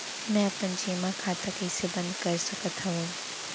मै अपन जेमा खाता कइसे बन्द कर सकत हओं?